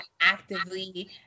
actively